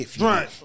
Right